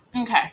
Okay